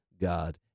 God